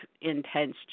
intense